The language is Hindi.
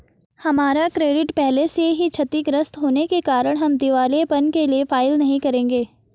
हमारा क्रेडिट पहले से ही क्षतिगृत होने के कारण हम दिवालियेपन के लिए फाइल नहीं करेंगे